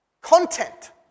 content